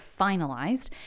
finalized